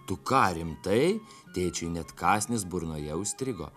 tu ką rimtai tėčiui net kąsnis burnoje užstrigo